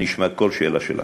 אני אשמע כל שאלה שלך.